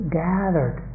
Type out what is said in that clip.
gathered